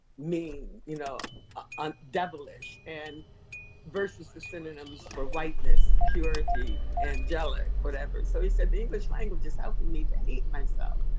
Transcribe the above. you know ah um devilish and versus the synonyms for whiteness, purity, angelic, whatever. so he said the english language is helping me to hate myself.